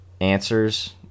answers